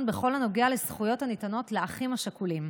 בכל הנוגע לזכויות הניתנות לאחים השכולים.